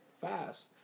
fast